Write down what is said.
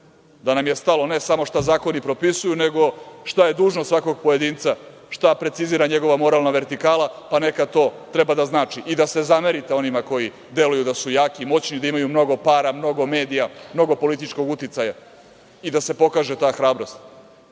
da nam je stalo, ne samo šta zakoni propisuju, nego šta je dužnost svakog pojedinca, šta precizira njegova moralna vertikala, pa neka to treba da znači i da se zamerite onima koji deluju da su jaki, moćni, da imaju mnogo para, mnogo medija, mnogo političkog uticaja i da se pokaže ta hrabrost.